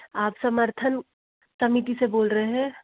आप समर्थन समिति से बोल रहे हैं